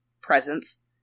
presence